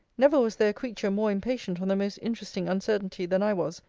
never was there a creature more impatient on the most interesting uncertainty than i was,